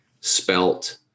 spelt